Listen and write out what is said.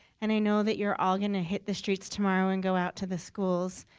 and i know that you're all going to hit the streets tomorrow and go out to the schools.